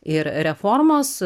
ir reformos